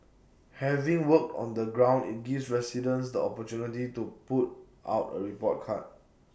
having worked on the ground IT gives residents the opportunity to put out A report card